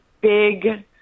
big